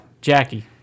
Jackie